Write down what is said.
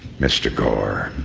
mr. gore